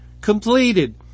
completed